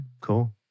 Cool